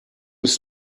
ist